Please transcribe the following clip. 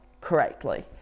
correctly